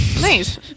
Nice